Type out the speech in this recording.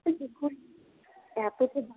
এতো সব